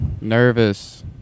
nervous